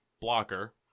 blocker